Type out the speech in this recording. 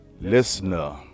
listener